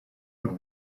would